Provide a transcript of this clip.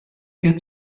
get